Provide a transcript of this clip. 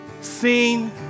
seen